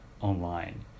online